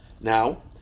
Now